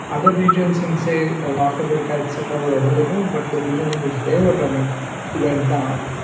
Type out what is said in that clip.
other regions in, say, north america, etc, were available, but the region in which they were running went down.